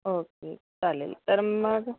okay चालेल तर मग